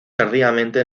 tardíamente